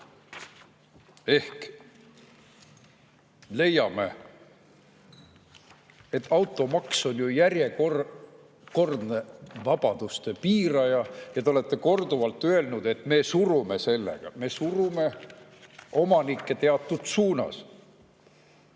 Me leiame, et automaks on ju järjekordne vabaduste piiraja. Te olete korduvalt öelnud, et te surute sellega omanikke teatud suunas,